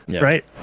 Right